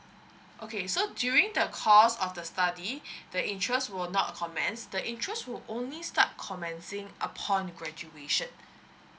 okay so during the cost of the study the interest will not commence the interest will only start commencing upon graduation